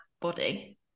body